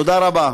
תודה רבה.